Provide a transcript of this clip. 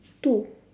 two